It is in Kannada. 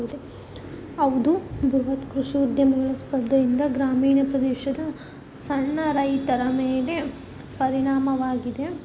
ಹೌದು ಬೃಹತ್ ಕೃಷಿ ಉದ್ಯಮಗಳ ಸ್ಪರ್ಧೆಯಿಂದ ಗ್ರಾಮೀಣ ಪ್ರದೇಶದ ಸಣ್ಣ ರೈತರ ಮೇಲೆ ಪರಿಣಾಮವಾಗಿದೆ